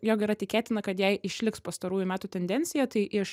jog yra tikėtina kad jei išliks pastarųjų metų tendencija tai iš